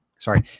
Sorry